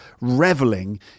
reveling